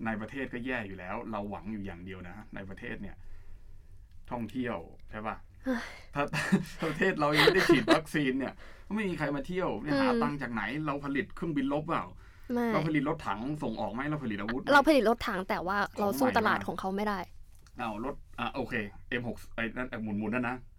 ในประเทศก็แย่อยู่แล้ว เราหวังอยู่อย่างเดียวนะ ในประเทศเนี่ยท่องเที่ยว ใช่ปะ? ถ้า- ถ้าประเทศเรายังไม่ได้ฉีดวัคซีนเนี่ย ไม่มีใครมาเที่ยวเนี่ย หา-อืมหาตังค์จากไหน? เราผลิตเครื่องบินรบเปล่า?ไม่เราผลิตรถถังส่งออกไหม? เราผลิตอาวุธเรา-ไหม?เราผลิตรถถัง แต่ว่าเราสู้ของใหม่มาตลาดของเขาไม่ได้เอารถอ่ะ โอเค M6 ไอ้นั่นอ่ะ หมุนๆนั่นนะ